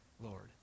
Lord